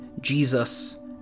jesus